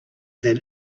than